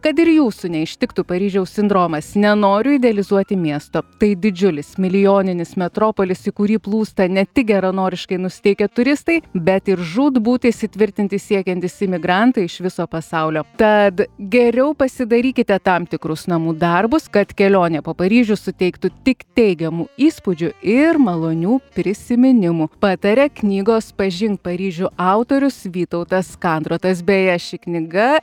kad ir jūsų neištiktų paryžiaus sindromas nenoriu idealizuoti miesto tai didžiulis milijoninis metropolis į kurį plūsta ne tik geranoriškai nusiteikę turistai bet ir žūtbūt įsitvirtinti siekiantys imigrantai iš viso pasaulio tad geriau pasidarykite tam tikrus namų darbus kad kelionė po paryžių suteiktų tik teigiamų įspūdžių ir malonių prisiminimų pataria knygos pažink paryžių autorius vytautas kandrotas beje ši knyga